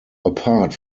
apart